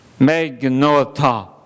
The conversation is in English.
Megnota